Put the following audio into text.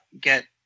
get